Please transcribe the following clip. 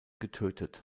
getötet